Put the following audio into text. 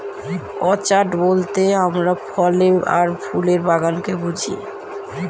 orchard বলতে আমরা ফলের আর ফুলের বাগানকে বুঝি